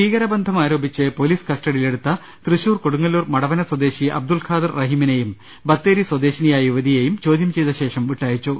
ഭീകര ബന്ധം ആരോപിച്ച് പൊലീസ് കസ്റ്റഡി യിലെടുത്ത തൃശൂർ കൊടുങ്ങല്ലൂർ മടവന സ്വദേശി അബ്ദുൾഖാദർ റഹിമിനെയും ബത്തേരി സ്വദേശി നിയായ യുവതിയെയും ചോദ്യം ചെയ്ത ശേഷം വിട്ടയച്ചു